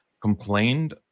complained